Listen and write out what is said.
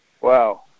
Wow